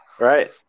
Right